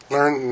Learn